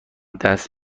دست